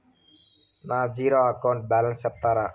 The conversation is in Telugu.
నా జీరో అకౌంట్ బ్యాలెన్స్ సెప్తారా?